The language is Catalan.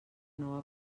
nova